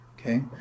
Okay